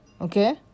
Okay